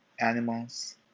animals